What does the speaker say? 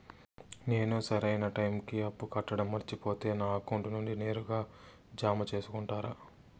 నేను సరైన టైముకి అప్పు కట్టడం మర్చిపోతే నా అకౌంట్ నుండి నేరుగా జామ సేసుకుంటారా?